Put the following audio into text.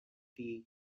tea